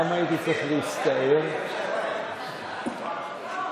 וזו גם הפרשה של השבוע שעבר,